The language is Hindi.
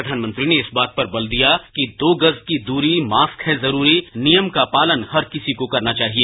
प्रधानमंत्री ने इस बात पर बल दिया कि दो गज की दूरी मास्क है जरूरी नियम का पालन हर किसी को करना चाहिए